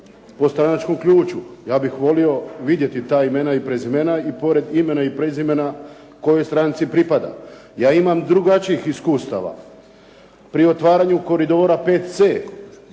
po stranačkom ključu. Ja bih volio vidjeti ta imena i prezimena i pored imena i prezime kojoj stranci pripada. Ja imam drugačijih iskustava. Pri otvaranju koridora 5C